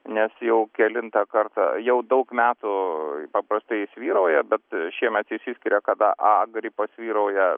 nes jau kelintą kartą jau daug metų paprastai jis vyrauja bet šiemet išsiskiria kada a gripas vyrauja